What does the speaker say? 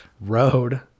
road